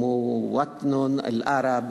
בשפה הערבית,